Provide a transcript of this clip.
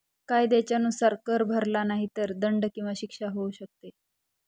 कायद्याच्या नुसार, कर भरला नाही तर दंड किंवा शिक्षा होऊ शकते